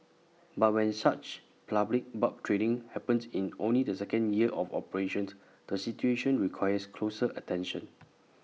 but when such public barb trading happens in only the second year of operations the situation requires closer attention